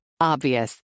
Obvious